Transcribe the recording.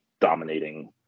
dominating